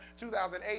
2008